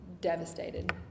devastated